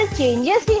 changes